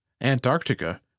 Antarctica